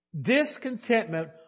Discontentment